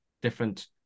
different